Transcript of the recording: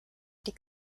die